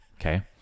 Okay